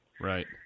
Right